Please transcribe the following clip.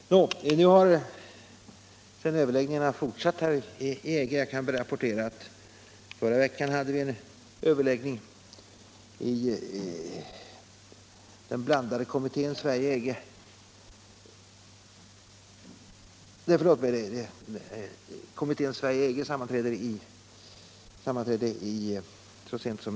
Överläggningarna med EG har sedan fortsatt. Jag kan rapportera att vi så sent som i går hade en överläggning i den blandade kommittén Sverige-EG.